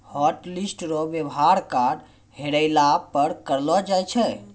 hotlist रो वेवहार card हेरैला पर करलो जाय छै